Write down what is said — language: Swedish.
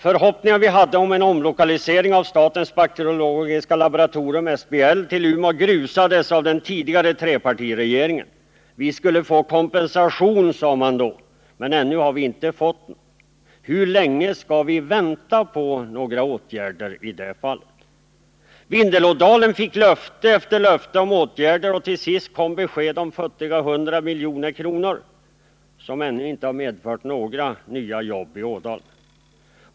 Förhoppningar som vi hade om en omlokalisering av statens bakteriologiska laboratorium, SBL, till Umeå grusades av den tidigare trepartiregeringen. Vi skulle få kompensation, sade man då, men ännu har vi inte fått något. Hur länge skall vi behöva vänta på några åtgärder i det avseendet? Vindelådalen fick löfte efter löfte om åtgärder, och till sist kom besked om futtiga 100 milj.kr., som ännu inte medfört några nya jobb.